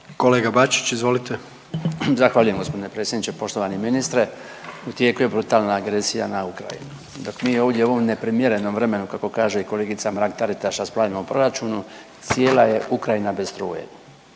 **Bačić, Branko (HDZ)** Zahvaljujem gospodine predsjedniče. Poštovani ministre u tijeku je brutalna agresija na Ukrajinu. Dok mi ovdje u ovom neprimjerenom vremenu kako kaže i kolegica Mrak-Taritaš raspravljamo o proračunu cijela je Ukrajina bez struje.